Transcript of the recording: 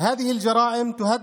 אחרת, מה המשמעות